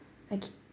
okay